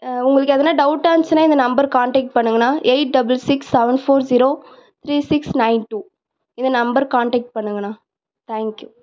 உங்களுக்கு எதுனா டவுட்டாக இருந்துச்சினா இந்த நம்பருக்கு கான்டெக்ட் பண்ணுங்கண்ணா eight double six seven four zero three six nine two இந்த நம்பருக்கு கான்டெக்ட் பண்ணுங்கண்ணா தேங்க் யூ